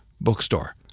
bookstore